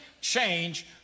change